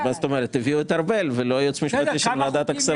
הביאו את ארבל ולא ייעוץ משפטי של ועדת הכספים.